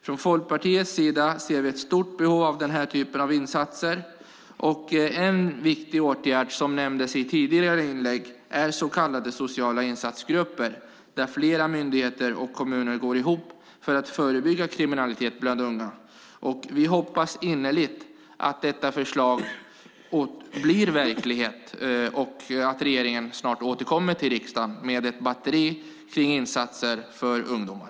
Från Folkpartiets sida ser vi ett stort behov av den typen av insatser. En viktig åtgärd som nämndes i tidigare inlägg är så kallade sociala insatsgrupper där flera myndigheter och kommuner går ihop för att förebygga kriminalitet bland unga. Vi hoppas innerligt att detta förslag blir verklighet och att regeringen snart återkommer till riksdagen med ett batteri av insatser för ungdomar.